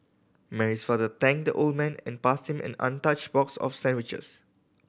Mary's father thanked the old man and passed him an untouched box of sandwiches